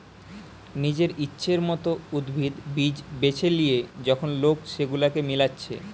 নিজের ইচ্ছের মত উদ্ভিদ, বীজ বেছে লিয়ে যখন লোক সেগুলাকে মিলাচ্ছে